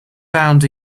bound